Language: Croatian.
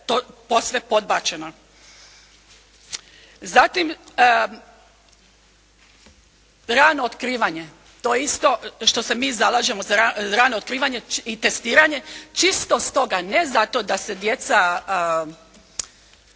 posve podbačeno. Zatim, rano otkrivanje. To je isto što se mi zalažemo za rano otkrivanje i testiranje. Čisto stoga ne zato da se djecu